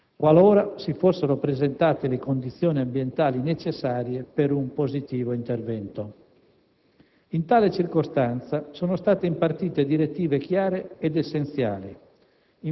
qualora si fossero presentate le condizioni ambientali necessarie per un positivo intervento. In tale circostanza, sono state impartite direttive chiare ed essenziali.